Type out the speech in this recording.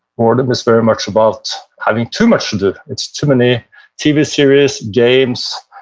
boredom is very much about having too much to do. it's too many tv series, games,